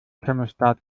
thermostat